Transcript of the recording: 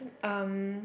um